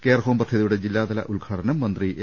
care home പദ്ധതിയുടെ ജില്ലാതല ഉദ്ഘാടനം മന്ത്രി എ